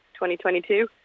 2022